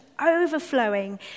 overflowing